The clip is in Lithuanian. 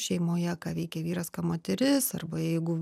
šeimoje ką veikia vyras ką moteris arba jeigu